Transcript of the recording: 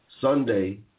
Sunday